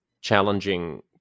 challenging